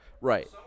Right